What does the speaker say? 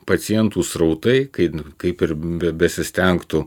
pacientų srautai kai kaip ir besistengtų